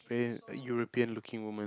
hey that European looking woman